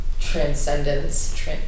transcendence